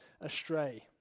astray